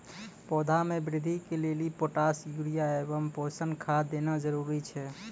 पौधा मे बृद्धि के लेली पोटास यूरिया एवं पोषण खाद देना जरूरी छै?